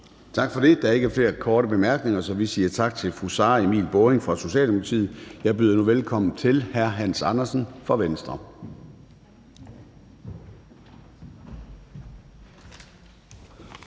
Tak for det. Der er ikke flere korte bemærkninger. Så vi siger tak til fru Sara Emil Baaring fra Socialdemokratiet. Jeg byder nu velkommen til hr. Hans Andersen fra Venstre.